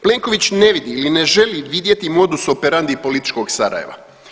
Plenković ne vidi ili ne želi vidjeti modus operandi političkog Sarajeva.